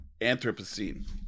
Anthropocene